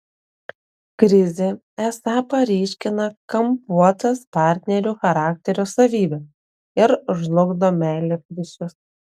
krizė esą paryškina kampuotas partnerių charakterio savybes ir žlugdo meilės ryšius